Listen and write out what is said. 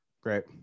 Great